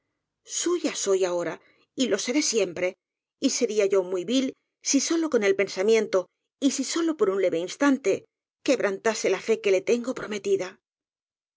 suya suya soy ahora y lo seré siem pre y sería yo muy vil si sólo con el pensamiento y si sólo por un leve instante quebrantase la fe que le tengo prometida